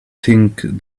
think